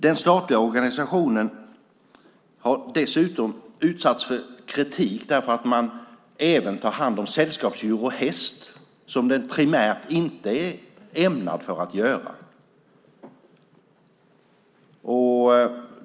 Den statliga organisationen har dessutom utsatts för kritik för att den även tar hand om sällskapsdjur och häst som den primärt inte är ämnad för att göra.